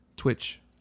twitch